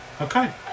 okay